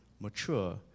mature